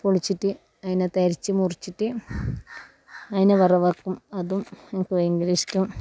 പൊളിച്ചിറ്റ് അതിനകത്തെ എരച്ചി മുറിച്ചിറ്റ് അതിനെ വെറവാക്കും അതും എനിക്ക് ഭയങ്കര ഇഷ്ട്ടം